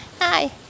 Hi